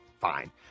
fine